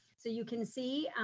so you can see,